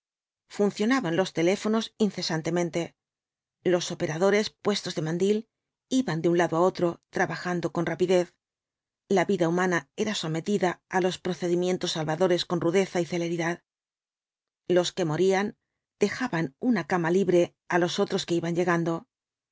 fancionaban los teléfonos incesantemente los operadores puestos de mandil iban de un lado á otro trabajando con rapidez la vida humana era sometida á los procedimientos salvadores con rudeza y celeridad los que morían dejaban una cama libre á los otros que iban llegando